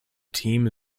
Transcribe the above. team